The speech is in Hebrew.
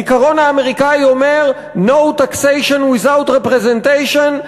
העיקרון האמריקני אומר: no taxation without representation,